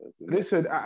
listen